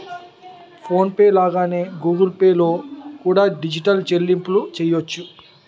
phone pay లాగానే Google Pay లో కూడా డిజిటల్ చెల్లింపులు చెయ్యొచ్చు